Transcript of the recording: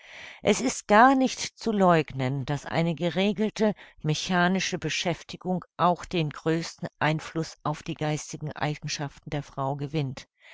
es ist gar nicht zu läugnen daß eine geregelte mechanische beschäftigung auch den größten einfluß auf die geistigen eigenschaften der frau gewinnt